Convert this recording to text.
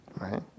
right